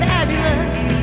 Fabulous